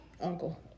uncle